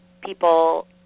people